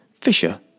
fisher